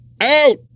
Out